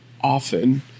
often